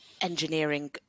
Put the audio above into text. engineering